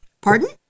Pardon